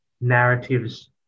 narratives